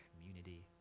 community